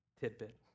tidbit